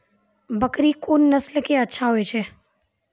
बकरी कोन नस्ल के अच्छा होय छै?